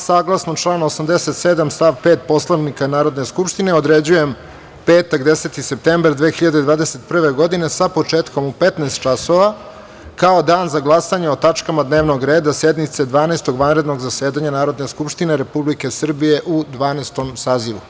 Saglasno članu 87. stav 5. Poslovnika Narodne skupštine, određujem petak 10. septembar 2021. godine, sa početkom u 15.00 časova, kao dan za glasanje o tačkama dnevnog reda sednice Dvanaestog vanrednog zasedanja Narodne skupštine Republike Srbije, u Dvanaestom sazivu.